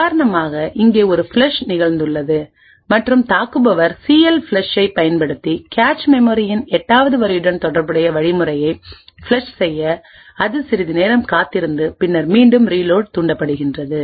உதாரணமாக இங்கே ஒரு ஃப்ளஷ் நிகழ்ந்துள்ளது மற்றும் தாக்குபவர் சிஎல்ஃப்ளஷ் ஐப் பயன்படுத்தி கேச் மெமரியின் 8 வது வரியுடன் தொடர்புடைய வழிமுறைகளைப் ஃப்ளஷ் செய்ய அது சிறிது நேரம் காத்திருந்து பின்னர் மீண்டும் ரீலோட் தூண்டப்படுகிறது